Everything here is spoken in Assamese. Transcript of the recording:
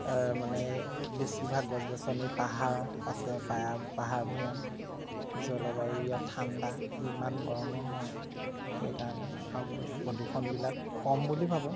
মানে বেছিভাগ গছ গছনি পাহাৰ আছে পাহাৰ ভৈয়াম জলবায়ু ইয়াত ঠাণ্ডা ইমান গৰমো নহয় সেইকাৰণে ভাবোঁ প্ৰদূষণবিলাক কম বুলি ভাবোঁ